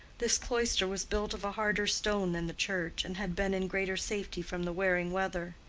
this cloister was built of a harder stone than the church, and had been in greater safety from the wearing weather.